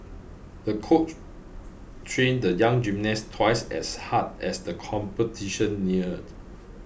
the coach trained the young gymnast twice as hard as the competition neared